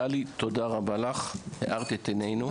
טלי, תודה רבה לך, הארת את עינינו.